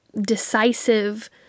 decisive